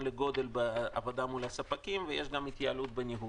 לגודל בעבודה מול הספקים וגם יש התייעלות בייעול.